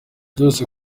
byose